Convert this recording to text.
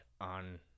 on